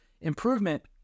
improvement